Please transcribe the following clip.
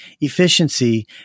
efficiency